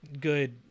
good